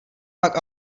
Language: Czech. pak